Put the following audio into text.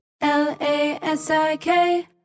L-A-S-I-K